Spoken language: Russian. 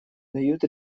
дают